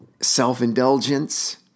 self-indulgence